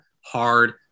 hard